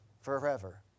forever